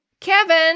Kevin